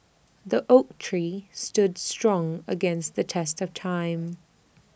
the oak tree stood strong against the test of time